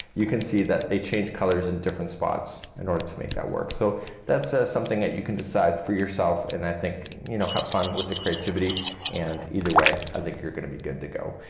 you can see that they change colors in different spots in order to make that work. so that's something that you can decide for yourself and i think you know have fun with the creativity and either way i think you're gonna be good to go.